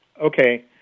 Okay